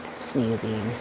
sneezing